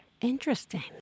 Interesting